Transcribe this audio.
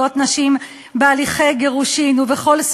ולמרות